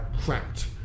cracked